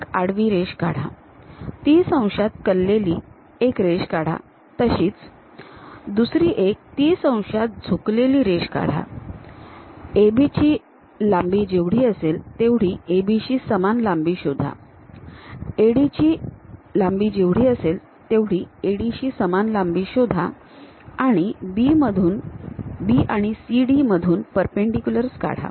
एक आडवी रेषा काढा 30 अंशांत कललेली एक रेषा काढातशीच दुसरी एक 30 अंशांत झुकलेली रेषा काढा AB ची लांबी जेवढी असेल तेवढी AB शी समान लांबी शोधा AD ची लांबी जेवढी असेल तेवढी AD शी समान लांबी शोधा आणि B आणि CD मधून परपेंडीक्युलर्स काढा